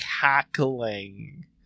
cackling